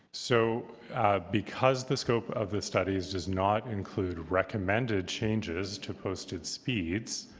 so because the scope of the studies does not include recommended changes to posted speeds,